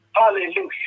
Hallelujah